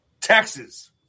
Texas